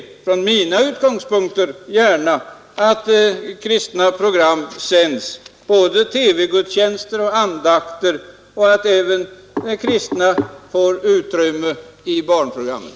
Från mina utgångspunkter ser jag gärna att kristna program sänds, både TV-gudstjänster och andakter, och att även kristna åsikter och värderingar får utrymme i barnprogrammen.